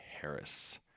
Harris